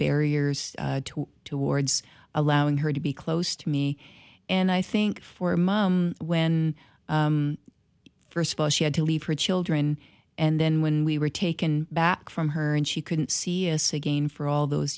barriers to towards allowing her to be close to me and i think for a mom when first of all she had to leave her children and then when we were taken back from her and she couldn't see a seguin for all those